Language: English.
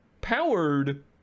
powered